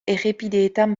errepideetan